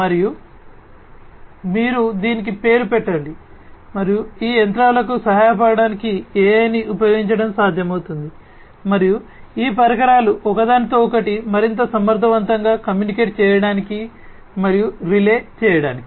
మరియు మీరు దీనికి పేరు పెట్టండి మరియు ఈ యంత్రాలకు సహాయపడటానికి AI ని ఉపయోగించడం సాధ్యమవుతుంది మరియు ఈ పరికరాలు ఒకదానితో ఒకటి మరింత సమర్థవంతంగా కమ్యూనికేట్ చేయడానికి మరియు రిలే చేయడానికి